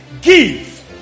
Give